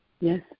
Yes